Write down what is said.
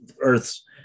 Earth's